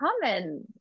common